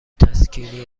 تسکینی